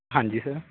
ਹਾਂਜੀ ਸਰ